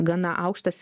gana aukštas